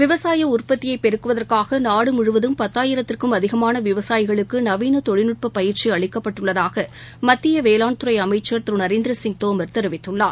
விவசாயஉற்பத்தியைபெருக்குவதற்காகநாடுமுழுவதும் பத்தாயிரத்திற்கும் அதிகமானவிவசாயிகளுக்குநவீனதொழில்நுட்பபயிற்சிஅளிக்கப்பட்டுள்ளதாகமத்தியவேளாண்துறைஅமைச்சர் திருநரேந்திரசிங் தோமர் தெரிவித்துள்ளார்